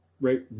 right